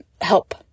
help